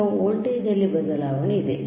ಈಗ ವೋಲ್ಟೇಜ್ನಲ್ಲಿ ಬದಲಾವಣೆ ಇದೆ